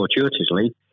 fortuitously